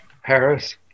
Harris